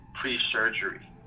pre-surgery